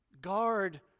guard